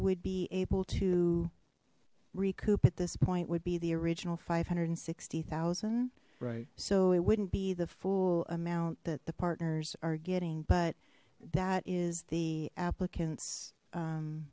would be able to recoup at this point would be the original five hundred and sixty zero right so it wouldn't be the full amount that the partners are getting but that is the applicant